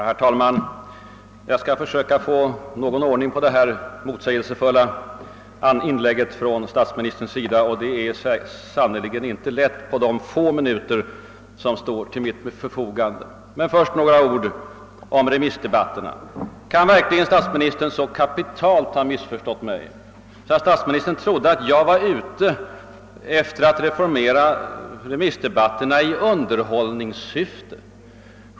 Herr talman! Jag skall försöka få någon ordning på statsministerns motsägelsefulla inlägg, och det är sannerligen inte lätt på de få minuter som står till mitt förfogande. Men först några ord om remissdebatten. Kan verkligen statsministern så kapitalt ha missförstått mig, att han trodde att jag var ute efter att reformera remissdebatterna i underhållningssyfte?